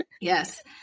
Yes